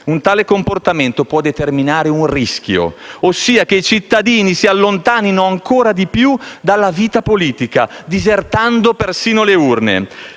un tale comportamento può determinare un rischio, ossia che i cittadini si allontanino ancora di più dalla vita politica, disertando persino le urne.